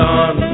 on